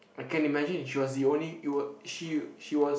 I can imagine she was the only it'd she she was